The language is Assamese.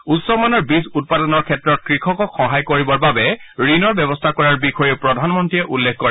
উচ্চমানৰ বীজ উৎপাদনৰ ক্ষেত্ৰত কৃষকক সহায় কৰিবৰ বাবে ঋণৰ ব্যৱস্থা কৰাৰ বিষয়েও প্ৰধানমন্ত্ৰীয়ে উল্লেখ কৰে